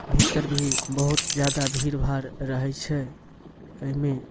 भीतर भी बहुत जादा भीड़भाड़ रहै छै अइमे